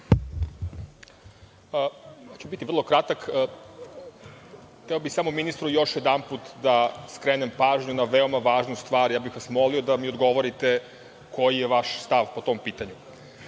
ću biti vrlo kratak. Hteo bih samo ministru još jedanput da skrenem pažnju na veoma važnu stvar. Ja vih vas molio da mi odgovorite koji je vaš stav po tom pitanju. Ovaj